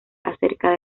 acerca